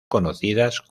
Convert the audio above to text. conocidas